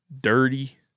dirty